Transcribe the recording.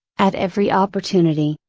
at every opportunity.